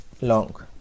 long